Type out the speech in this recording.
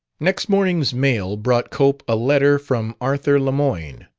next morning's mail brought cope a letter from arthur lemoyne.